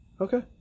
Okay